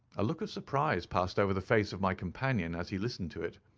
a look of surprise passed over the face of my companion as he listened to it.